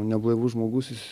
neblaivus žmogus jis